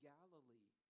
Galilee